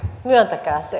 myöntäkää se